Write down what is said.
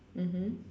mmhmm